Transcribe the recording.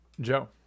Joe